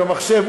עם המחשב,